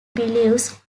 believes